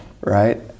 right